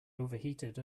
overheated